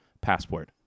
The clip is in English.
passport